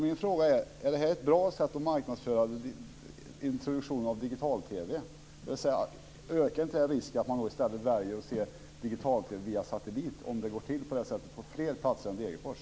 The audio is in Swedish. Min fråga är om detta är ett bra sätt att marknadsföra introduktion av digital-TV. Ökar inte risken för att man i stället väljer att se digital-TV via satellit om det går till på detta sätt på fler platser än Degerfors?